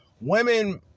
Women